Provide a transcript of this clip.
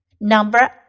Number